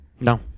No